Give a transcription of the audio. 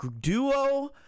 duo